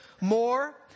more